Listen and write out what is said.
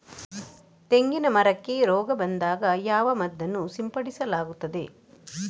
ತೆಂಗಿನ ಮರಕ್ಕೆ ರೋಗ ಬಂದಾಗ ಯಾವ ಮದ್ದನ್ನು ಸಿಂಪಡಿಸಲಾಗುತ್ತದೆ?